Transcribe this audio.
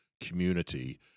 community